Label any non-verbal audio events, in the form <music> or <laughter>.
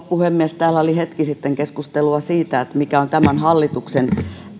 <unintelligible> puhemies täällä oli hetki sitten keskustelua siitä mikä on tämän hallituksen